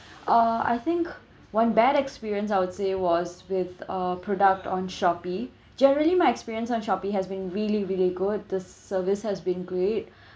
uh I think one bad experience I would say was with a product on Shopee generally my experience on Shopee has been really really good the service has been great